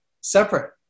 separate